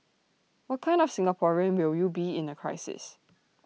what kind of Singaporean will would be in A crisis